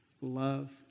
love